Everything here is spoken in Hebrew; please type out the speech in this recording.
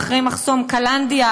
ואחרי מחסום קלנדיה,